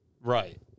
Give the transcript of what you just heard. Right